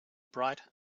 bright